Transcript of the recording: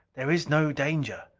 there is no danger.